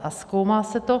A zkoumá se to.